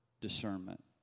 discernment